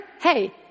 Hey